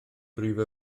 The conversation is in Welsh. brifo